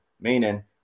meaning